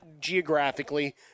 geographically